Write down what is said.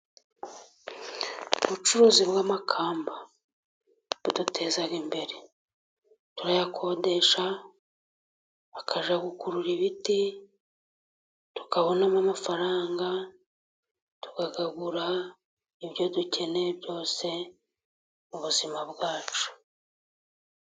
Ubucuruzi bw'amakamba buduteza imbere, turayakodesha bakajya gukurura ibiti tukabonamo amafaranga, tukakagura ibyo dukeneye byose mu buzima bwacu.